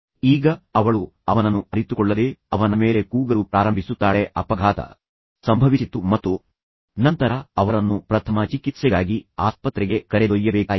ಈಗ ಅವಳು ಅವನನ್ನು ಅರಿತುಕೊಳ್ಳದೆ ಅವನ ಮೇಲೆ ಕೂಗಲು ಪ್ರಾರಂಭಿಸುತ್ತಾಳೆ ಅಪಘಾತ ಸಂಭವಿಸಿತು ಮತ್ತು ನಂತರ ಅವರನ್ನು ಪ್ರಥಮ ಚಿಕಿತ್ಸೆಗಾಗಿ ಆಸ್ಪತ್ರೆಗೆ ಕರೆದೊಯ್ಯಬೇಕಾಯಿತು